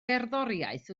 gerddoriaeth